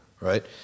Right